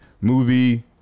movie